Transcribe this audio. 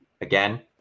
again